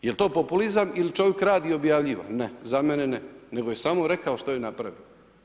Jel to populizam ili čovjek radi i objavljiva, ne, za mene ne, nego je samo rekao što je napravio.